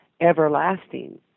everlasting